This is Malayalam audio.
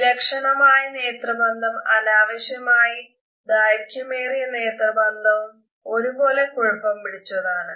വിലക്ഷണമായ നേത്രബന്ധവും അനാവശ്യമായി ദൈർഘ്യമേറിയ നേത്രബന്ധവും ഒരു പോലെ കുഴപ്പം പിടിച്ചതാണ്